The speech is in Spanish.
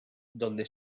donde